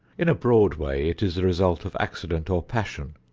in a broad way it is the result of accident or passion,